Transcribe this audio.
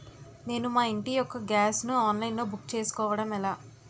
నేను మా ఇంటి యెక్క గ్యాస్ ను ఆన్లైన్ లో బుక్ చేసుకోవడం ఎలా?